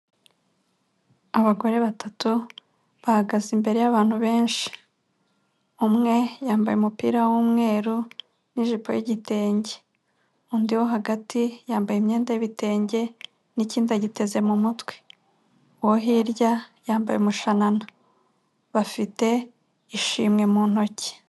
Abagore batatu bahagaze imbere y'abantu benshi, umwe yambaye umupira w'umweru n'ijipo y'igitenge, undi wo hagati yambaye imyenda y'ibitenge n'ikindi agiteze mu mutwe, uwo hirya yambaye umushanana bafite ishimwe mu ntoki.